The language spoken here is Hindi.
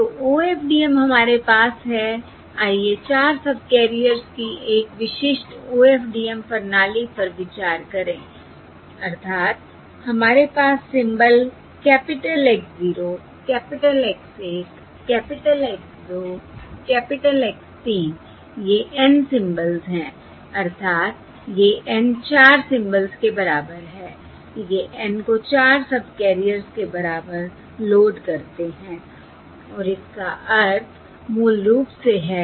तो OFDM हमारे पास है आइए चार सबकैरियर्स की एक विशिष्ट OFDM प्रणाली पर विचार करें अर्थात हमारे पास symbol capital X 0 capital X 1 capital X 2 capital X 3 ये N सिंबल्स हैं अर्थात् ये N चार सिंबल्स के बराबर है ये N को चार सबकैरियर्स के बराबर लोड करते हैं और इसका अर्थ मूल रूप से है